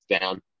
down